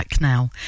now